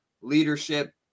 leadership